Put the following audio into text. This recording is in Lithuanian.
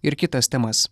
ir kitas temas